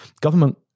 government